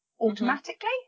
automatically